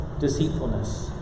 deceitfulness